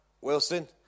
Wilson